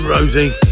Rosie